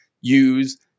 use